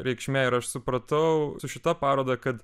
reikšmė ir aš supratau su šita paroda kad